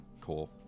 cool